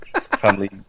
family